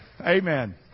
Amen